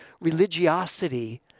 religiosity